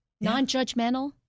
non-judgmental